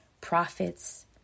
prophets